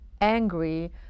angry